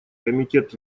комитет